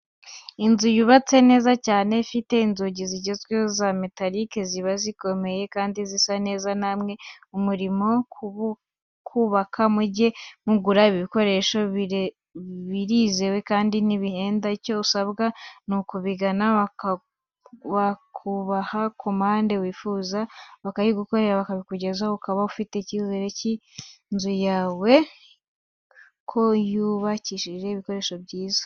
Inzu yubatse neza cyane ifite inzugi zigezweho za metarike ziba zikomeye kandi zisa neza, namwe murimo kubaka mujye mugura ibi bikoresho, birizewe kandi ntibihenda, icyo usabwa ni ukubagana ukabaha komande wifuza, bakayigukorera bikabikugezaho ukaba ufite icyizere cy'inzu yawe ko yubakishjwe bikoresho byiza.